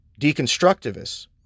deconstructivists